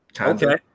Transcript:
okay